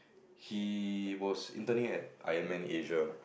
he was interning at Ironman Asia